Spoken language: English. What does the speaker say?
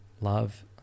Love